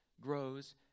grows